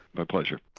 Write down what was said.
my pleasure.